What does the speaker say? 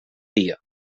dia